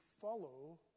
follow